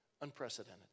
unprecedented